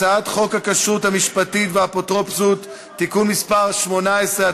הצעת חוק הכשרות המשפטית והאפוטרופסות (תיקון מס' 18),